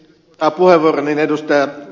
arvoisa puhemies